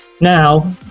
now